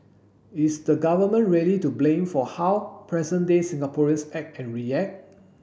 is the Government really to blame for how present day Singaporeans act and react